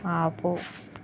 ఆపు